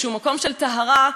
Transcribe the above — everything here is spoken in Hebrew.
שהוא מקום של טהרה,